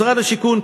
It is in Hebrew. משרד השיכון,